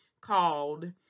called